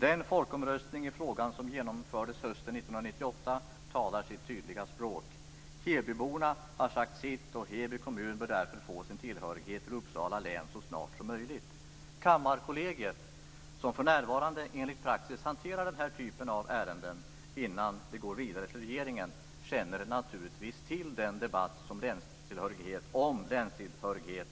Den folkomröstning i frågan som genomfördes hösten 1998 talar sitt tydliga språk. Hebyborna har sagt sitt, och Heby kommun bör därför få sin tillhörighet till Uppsala län så snart som möjligt. Kammarkollegiet, som för närvarande enligt praxis hanterar den här typen av ärenden innan de går vidare till regeringen, känner naturligtvis till den debatt om länstillhörighet